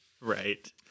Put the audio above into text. Right